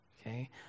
okay